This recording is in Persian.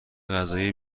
قضایی